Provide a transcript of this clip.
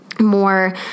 more